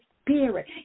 Spirit